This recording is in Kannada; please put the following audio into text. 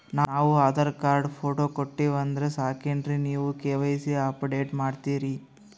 ನಾವು ಆಧಾರ ಕಾರ್ಡ, ಫೋಟೊ ಕೊಟ್ಟೀವಂದ್ರ ಸಾಕೇನ್ರಿ ನೀವ ಕೆ.ವೈ.ಸಿ ಅಪಡೇಟ ಮಾಡ್ತೀರಿ?